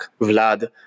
vlad